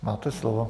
Máte slovo.